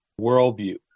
worldview